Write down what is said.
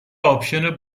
آپشن